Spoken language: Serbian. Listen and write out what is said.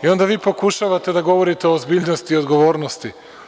Onda vi pokušavate da govorite o ozbiljnosti i odgovornosti.